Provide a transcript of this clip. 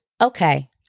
okay